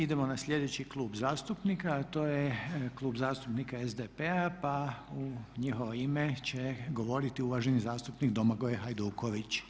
Sada idemo na sljedeći Klub zastupnika a to je Klub zastupnika SDP-a pa u njihovo ime će govoriti uvaženi zastupnik Domagoj Hajduković.